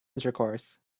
intercourse